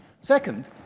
Second